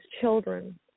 children